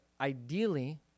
ideally